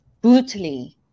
brutally